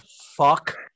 fuck